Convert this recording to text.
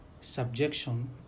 subjection